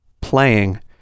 playing